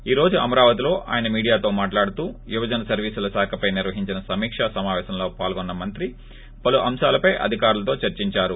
ఈ రోజు అమరావతిలో ఆయన మీడియాతో మాట్లాడుతూ యువజన సర్వీసుల శాఖపై నిర్వహించిన సమీకా సమాపేశంలో పాల్గొన్న మంత్రి పలు అంశాలపై అధికారులతో చర్చించారు